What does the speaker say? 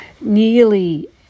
nearly